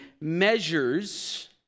measures